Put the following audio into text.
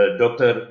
doctor